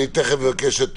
אני תיכף אבקש את